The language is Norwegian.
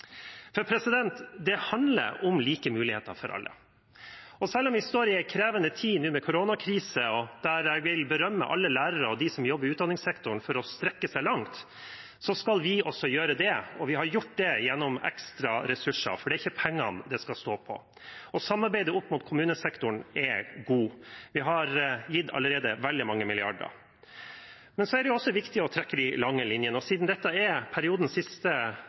Det handler om like muligheter for alle. Selv om vi nå står i en krevende tid med koronakrise, der jeg vil berømme alle lærere og dem som jobber i utdanningssektoren, for å strekke seg langt, så skal vi også gjøre det. Vi har gjort det gjennom ekstra ressurser, for det er ikke pengene det skal stå på. Samarbeidet opp mot kommunesektoren er godt. Vi har allerede gitt veldig mange milliarder. Men det er også viktig å trekke de lange linjene, og siden dette er periodens siste